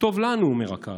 טוב לנו, אומר הקהל.